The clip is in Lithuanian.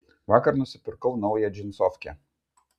vakar nusipirkau naują džinsofkę